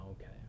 okay